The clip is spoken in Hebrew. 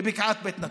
בבקעת בית נטופה.